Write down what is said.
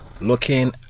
looking